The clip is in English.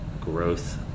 growth